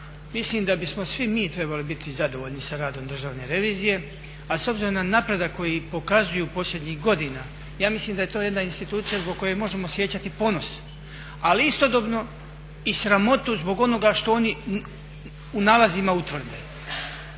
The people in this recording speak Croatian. Mislim da bismo svi mi trebali biti zadovoljni sa radom Državne revizije, a s obzirom na napredak koji pokazuju posljednjih godina ja mislim da je to jedna institucija zbog koje možemo osjećati ponos. Ali istodobno i sramotu zbog onoga što oni u nalazima utvrde.